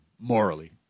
morally